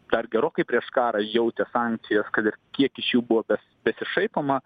dar gerokai prieš karą jautė sankcijas kad ir kiek iš jų buvo bet besišaipoma